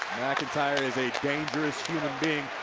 mcintyre is a dangerous human being.